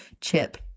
Chip